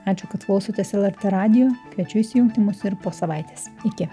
ačiū kad klausotės lrt radijo kviečiu įsijungti mus ir po savaitės iki